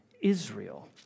Israel